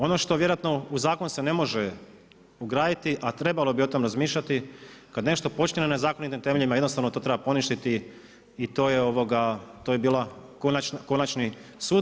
Ono što vjerojatno u zakon se ne može ugraditi, a trebalo bi o tom razmišljati kad nešto počiva na nezakonitim temeljima jednostavno to treba poništiti i to bi bio konačni sud.